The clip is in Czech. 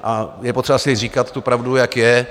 A je potřeba si říkat pravdu, jak je.